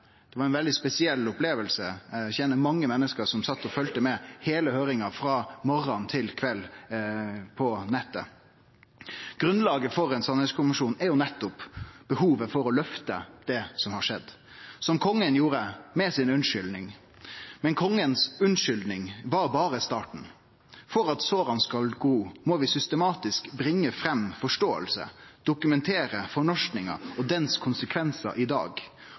Det var ei veldig spesiell oppleving. Eg kjenner mange menneske som sat og følgde med på heile høyringa frå morgon til kveld på nettet. Grunnlaget for ein sanningskommisjon er nettopp behovet for å løfte det som har skjedd, som kongen gjorde med unnskyldninga si. Men unnskyldninga frå kongen var berre starten. For at såra skal gro, må vi systematisk bringe fram forståing, dokumentere fornorskinga og konsekvensane ho har i dag,